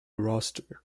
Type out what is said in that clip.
roster